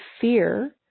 fear